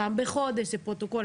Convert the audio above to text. פעם בחודש וצריך לפרוטוקול.